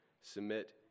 submit